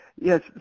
Yes